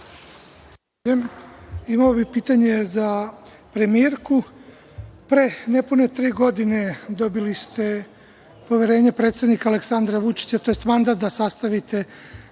Imao bih pitanje za premijerku. Pre nepune tri godine dobili ste poverenje predsednika Aleksandra Vučića, tj. mandat da sastavite Vladu